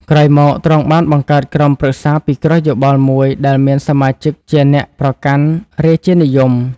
ក្រោយមក ទ្រង់បានបង្កើតក្រុមប្រឹក្សាពិគ្រោះយោបល់មួយដែលមានសមាជិកជាអ្នកប្រកាន់រាជានិយម។